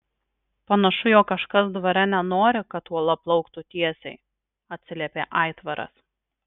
panašu jog kažkas dvare nenori kad uola plauktų tiesiai atsiliepė aitvaras